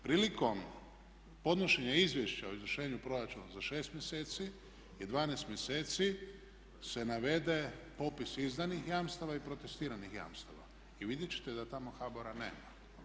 Prilikom podnošenja Izvješća o izvršenju proračuna za 6 mjeseci i 12 mjeseci se navede popis izdanih jamstava i protestiranih jamstava i vidjeti ćete da tamo HBOR-a nema.